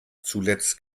zuletzt